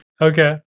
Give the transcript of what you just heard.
okay